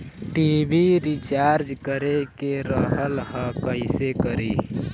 TV recharge करे के रहल ह कइसे करी?